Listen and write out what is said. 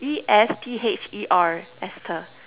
E_S_T_H_E_R Esther